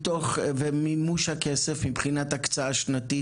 ומימוש הכסף מבחינת הקצאה שנתית?